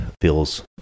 feels